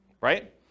right